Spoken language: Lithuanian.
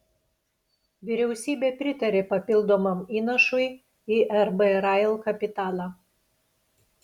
vyriausybė pritarė papildomam įnašui į rb rail kapitalą